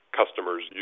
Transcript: customers